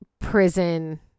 prison